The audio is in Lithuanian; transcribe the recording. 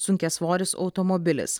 sunkiasvoris automobilis